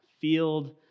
field